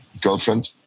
girlfriend